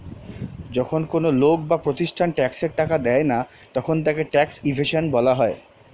যখন কোন লোক বা প্রতিষ্ঠান ট্যাক্সের টাকা দেয় না তখন তাকে ট্যাক্স ইভেশন বলা হয়